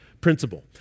principle